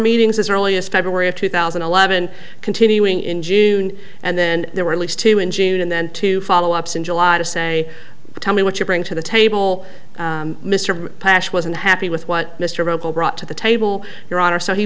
meetings as early as february of two thousand and eleven continuing in june and then there were at least two in june and then two follow ups in july to say tell me what you bring to the table mr pash wasn't happy with what mr vocal brought to the table your honor so he